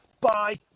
Bye